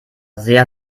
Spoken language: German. sehr